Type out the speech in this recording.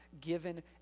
given